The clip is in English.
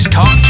Talk